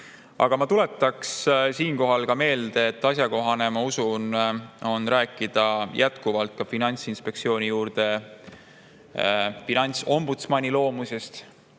Aga ma tuletan siinkohal meelde, et asjakohane, ma usun, on rääkida jätkuvalt ka Finantsinspektsiooni juurde finantsombudsmani